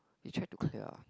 you tried to clear